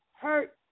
hurt